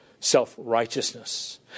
Self-righteousness